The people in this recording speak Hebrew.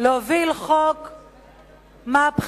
להוביל חוק מהפכני,